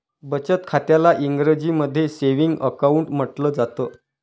बचत खात्याला इंग्रजीमध्ये सेविंग अकाउंट म्हटलं जातं